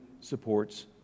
supports